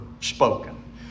spoken